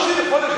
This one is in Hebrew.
כבר נגמר.